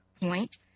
point